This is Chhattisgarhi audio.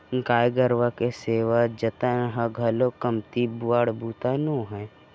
गाय गरूवा के सेवा जतन ह घलौ कमती बड़ बूता नो हय